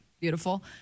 beautiful